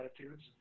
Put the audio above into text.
Attitudes